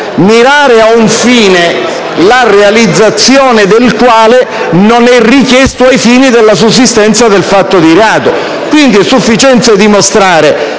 mirare ad un fine, la realizzazione del quale non è richiesta ai fini della sussistenza del fatto di reato, quindi è sufficiente dimostrare